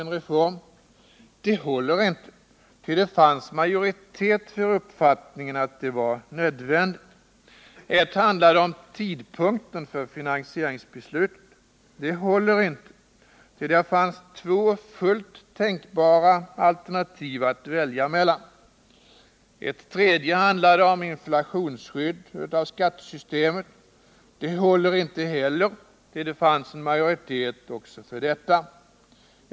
Det resonemanget håller inte, ty det fanns majoritet för uppfattningen att detta var nödvändigt. En handlade om tidpunkten för finansieringsbeslut. Det håller inte, ty där fanns det två tänkbara alternativ att välja mellan. En tredje handlade om inflationsskydd av skattesystemet. Det håller inte heller, ty det fanns majoritet också för detta.